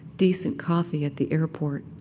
decent coffee at the airport